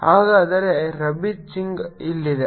ಹಾಗಾದರೆ ರಬೀತ್ ಸಿಂಗ್ ಇಲ್ಲಿದೆ